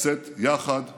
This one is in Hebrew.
לצאת יחד מהסגר.